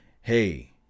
Hey